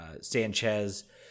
Sanchez